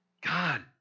God